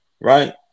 right